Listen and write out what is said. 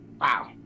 Wow